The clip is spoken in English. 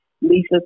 Lisa